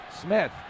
Smith